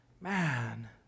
man